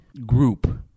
group